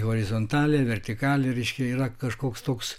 horizontalią vertikalią reiškia yra kažkoks toks